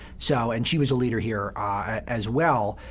so and she was a leader here ah as well.